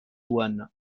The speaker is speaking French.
one